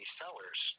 sellers